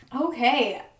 Okay